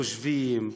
חושבים יותר,